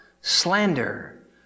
slander